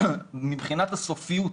מבחינת הסופיות